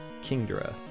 Kingdra